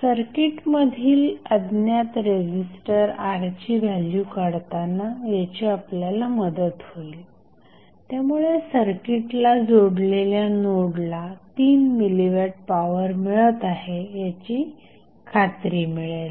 सर्किटमधील अज्ञात resistor R ची व्हॅल्यू काढताना याची आपल्याला मदत होईल त्यामुळे सर्किटला जोडलेल्या नोडला 3 मिलीवॅट पॉवर मिळत आहे याची खात्री मिळेल